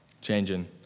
changing